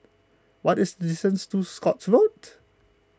what is to Scotts Road